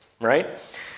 right